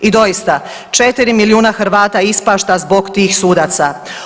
I doista, 4 milijuna Hrvata ispašta zbog tih sudaca.